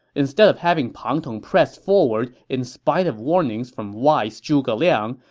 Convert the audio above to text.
instead of having pang tong press forward in spite of warnings from wise zhuge liang,